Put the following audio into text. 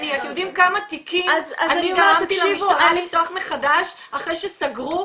אתם יודעים כמה תיקים אני אמרתי למשטרה לפתוח מחדש אחרי שסגרו?